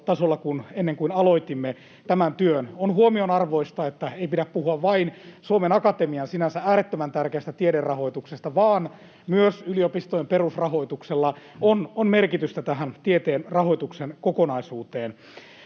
ennen kuin aloitimme tämän työn. On huomionarvoista, että ei pidä puhua vain Suomen Akatemian sinänsä äärettömän tärkeästä tiederahoituksesta, vaan myös yliopistojen perusrahoituksella on merkitystä tähän tieteen rahoituksen kokonaisuuteen.